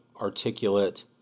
articulate